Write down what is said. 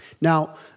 Now